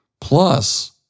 Plus